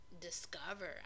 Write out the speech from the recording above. discover